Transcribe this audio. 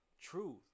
truth